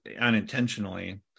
unintentionally